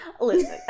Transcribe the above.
listen